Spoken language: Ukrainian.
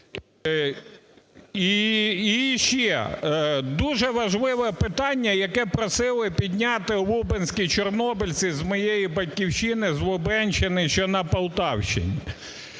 І ще. Дуже важливе питання, яке просили підняти лубенські чорнобильці з моєї батьківщини, з Лубенщини, що на Полтавщині.